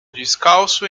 descalço